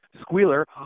Squealer